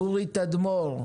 אורי תדמור,